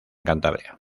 cantabria